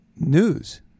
news